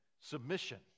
submission